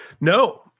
no